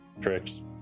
Tricks